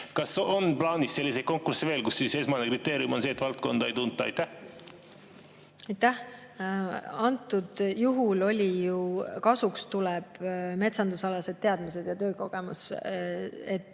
Kas on plaanis selliseid konkursse veel, kus esmane kriteerium on see, et valdkonda ei tunta? Aitäh! Antud juhul oli ju [kirjas]: kasuks tulevad metsandusalased teadmised ja töökogemus. Ei